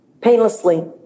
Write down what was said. Painlessly